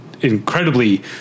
incredibly